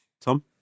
Tom